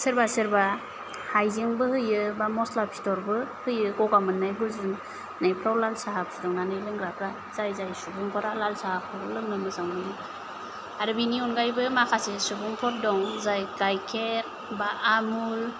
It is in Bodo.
सोरबा सोरबा हाइजेंबो होयो बा मस्ला फिथरबो होयो गगा मोननाय गुजुनायफ्राव लाल साहा फुदुंनानै लोंग्राफ्रा जाय जाय सुबुंफोरा लाल साहाखौ लोंनो मोजां मोनो आरो बिनि अनगायैबो माखासे सुबुंफोर दं जाय गाइखेर बा आमुल